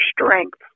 strength